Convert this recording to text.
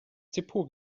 depot